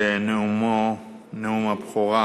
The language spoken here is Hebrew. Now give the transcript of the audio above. לנאומו, נאום הבכורה,